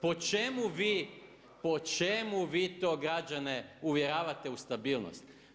Po čemu vi, po čemu vi to građane uvjeravate u stabilnost?